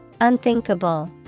Unthinkable